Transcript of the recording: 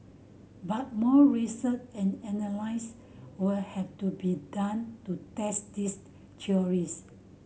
but more research and analyse would have to be done to test these theories